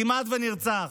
כמעט ונרצח.